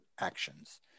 actions